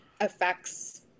affects